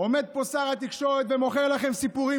עומד פה שר התקשורת ומוכר לכם סיפורים